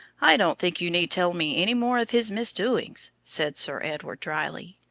i don't think you need tell me any more of his misdoings, said sir edward, drily.